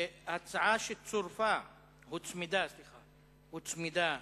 הצעה שהוצמדה להצעה